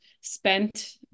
spent